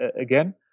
again